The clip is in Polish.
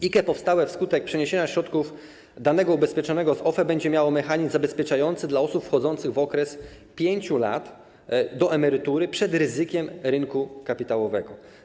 IKE powstałe wskutek przeniesienia środków danego ubezpieczonego z OFE będzie miało mechanizm zabezpieczający dla osób wchodzących w okres 5 lat do emerytury przed ryzykiem rynku kapitałowego.